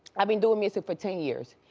i've been doing music for ten years.